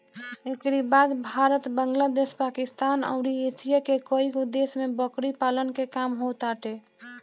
एकरी बाद भारत, बांग्लादेश, पाकिस्तान अउरी एशिया के कईगो देश में बकरी पालन के काम होताटे